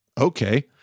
Okay